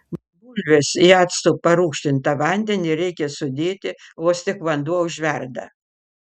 bulves į actu parūgštintą vandenį reikia sudėti vos tik vanduo užverda